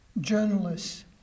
Journalists